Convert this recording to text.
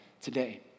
today